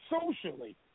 Socially